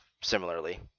Similarly